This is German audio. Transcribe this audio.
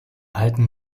alten